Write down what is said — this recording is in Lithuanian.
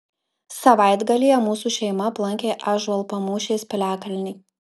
savaitgalyje mūsų šeima aplankė ąžuolpamūšės piliakalnį